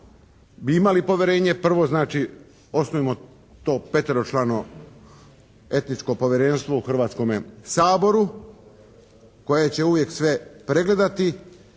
bi imali povjerenje, prvo znači osnujmo to peteročlano etičko povjerenstvo u Hrvatskome saboru koje će uvijek sve pregledati